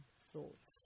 thoughts